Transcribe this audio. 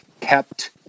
kept